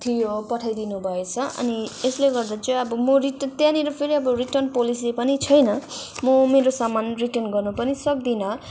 थियो पठाइदिनुभएस अनि यसले गर्दा चाहिँ अब म रिटर्न त्यहाँनिर फेरि अब रिटर्न पोलिसी पनि छैन म मेरो सामान रिटर्न गर्न पनि सक्दिनँ